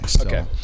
Okay